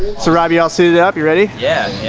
so rob, you all suited up? you ready? yeah,